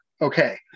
okay